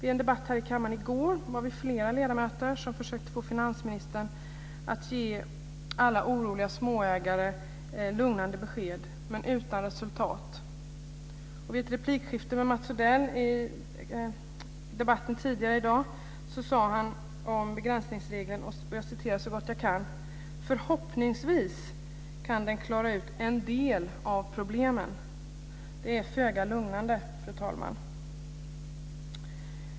I en debatt här i kammaren i går var vi flera ledamöter som försökte få finansministern att ge alla oroliga småhusägare lugnande besked, men utan resultat. I ett replikskifte med Mats Odell i debatten tidigare i dag sade finansministern ungefär så här om begränsningsregeln: Förhoppningsvis kan den klara ut en del av problemen. Det är föga lugnande, fru talman.